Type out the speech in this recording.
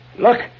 Look